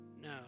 no